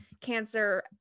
cancer